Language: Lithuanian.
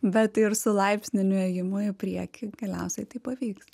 bet ir su laipsniniu ėjimu į priekį galiausiai tai pavyks